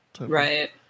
Right